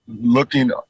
looking